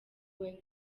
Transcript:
white